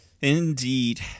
Indeed